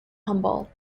humble